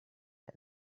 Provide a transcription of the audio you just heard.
had